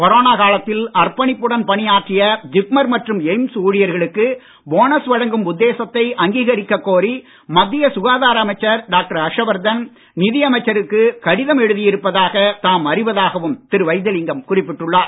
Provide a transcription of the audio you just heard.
corona காலத்தில் அர்ப்பணிப்புடன் பணியாற்றிய ஜிப்மர் மற்றும் எய்ம்ஸ் ஊழியர்களுக்கு போனஸ் வழங்கும் உத்தேசத்தை அங்கீகரிக்கக் கோரி மத்திய சுகாதார அமைச்சர் நிதியமைச்சருக்கு கடிதம் எழுதியிருப்பதாக தாம் அறிவதாகவும் திரு வைத்திலிங்கம் குறிப்பிட்டுள்ளார்